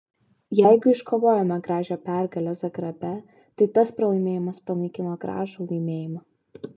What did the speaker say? jeigu iškovojome gražią pergalę zagrebe tai tas pralaimėjimas panaikino gražų laimėjimą